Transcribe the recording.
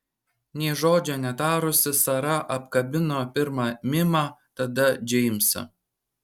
nė žodžio netarusi sara apkabino pirma mimą tada džeimsą